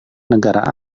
negara